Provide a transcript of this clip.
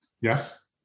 Yes